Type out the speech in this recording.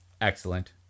Excellent